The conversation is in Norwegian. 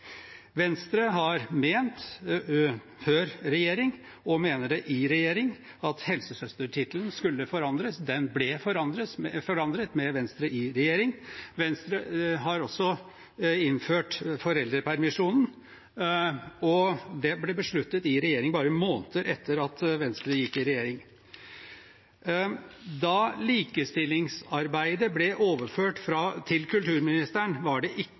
Venstre har ment – både før vi kom i regjering og i regjering – at helsesøstertittelen skulle forandres. Den ble forandret med Venstre i regjering. Venstre har også innført foreldrepermisjonen, og det ble besluttet i regjering bare måneder etter at Venstre gikk i regjering. Da likestillingsarbeidet ble overført til kulturministeren, var det ikke